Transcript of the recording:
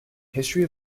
history